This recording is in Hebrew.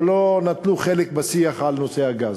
לא נטלו חלק בשיח על נושא הגז,